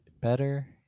better